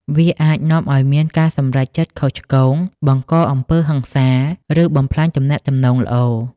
វាអាចនាំឲ្យមានការសម្រេចចិត្តខុសឆ្គង បង្កអំពើហិង្សា ឬបំផ្លាញទំនាក់ទំនងល្អ។